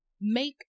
make